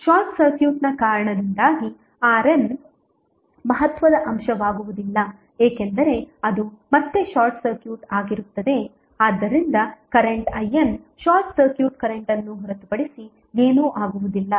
short ಸರ್ಕ್ಯೂಟ್ನ ಕಾರಣದಿಂದಾಗಿ RN ಮಹತ್ವದ ಅಂಶವಾಗುವುದಿಲ್ಲ ಏಕೆಂದರೆ ಅದು ಮತ್ತೆ ಶಾರ್ಟ್ ಸರ್ಕ್ಯೂಟ್ ಆಗಿರುತ್ತದೆ ಆದ್ದರಿಂದ current IN short circuit current ಅನ್ನು ಹೊರತುಪಡಿಸಿ ಏನೂ ಆಗುವುದಿಲ್ಲ